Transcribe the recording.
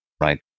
right